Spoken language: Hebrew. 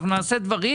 אנחנו נעשה דברים,